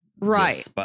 right